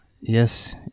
Yes